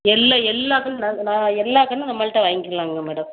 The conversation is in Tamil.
எல்ல எல்லா கன்றும் நான் எல்லா கன்றும் நம்மள்கிட்ட வாங்க்கிலாம்ங்க மேடம்